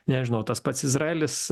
nežinau tas pats izraelis